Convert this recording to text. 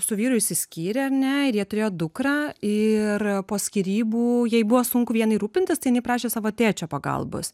su vyru išsiskyrė ar ne ir jie turėjo dukrą ir po skyrybų jai buvo sunku vienai rūpintis tai jinai prašė savo tėčio pagalbos